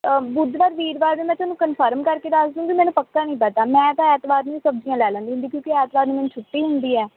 ਬੁੱਧਵਾਰ ਵੀਰਵਾਰ ਦੇ ਮੈਂ ਤੁਹਾਨੂੰ ਕਨਫਰਮ ਕਰਕੇ ਦੱਸ ਦੂੰਗੀ ਮੈਨੂੰ ਪੱਕਾ ਨਹੀਂ ਪਤਾ ਮੈਂ ਤਾਂ ਐਤਵਾਰ ਨੂੰ ਹੀ ਸਬਜ਼ੀਆਂ ਲੈ ਲੈਂਦੀ ਹੁੰਦੀ ਕਿਉਂਕਿ ਐਤਵਾਰ ਮੈਨੂੰ ਛੁੱਟੀ ਹੁੰਦੀ ਹੈ